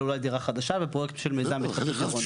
אולי דירה חדשה בפרויקט של מיזם בהתחדשות עירונית.